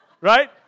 right